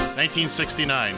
1969